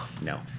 no